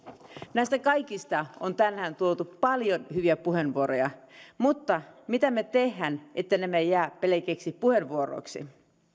näistä kaikista on tänään tuotu paljon hyviä puheenvuoroja mutta mitä me teemme etteivät nämä jää pelkiksi puheenvuoroiksi